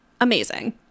Amazing